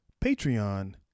Patreon